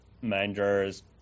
managers